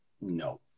no